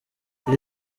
iri